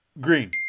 Green